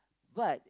what